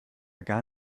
gar